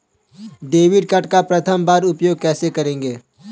Debit card का प्रथम बार उपयोग कैसे करेंगे?